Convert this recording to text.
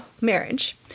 marriage